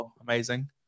amazing